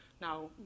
Now